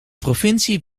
provincie